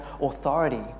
authority